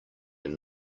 your